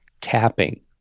tapping